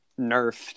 nerfed